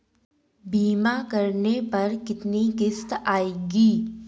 बीमा करने पर कितनी किश्त आएगी?